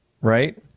right